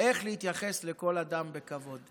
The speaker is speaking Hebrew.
איך להתייחס לכל אדם בכבוד.